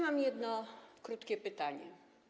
Mam jedno krótkie pytanie.